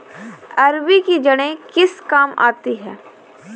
अरबी की जड़ें किस काम आती हैं?